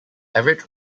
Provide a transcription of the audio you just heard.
average